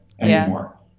anymore